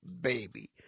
baby